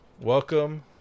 welcome